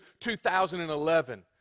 2011